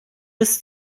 bis